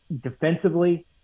Defensively